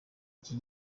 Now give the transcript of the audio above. iki